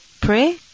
pray